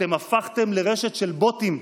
אתם הפכתם לרשת של בוטים.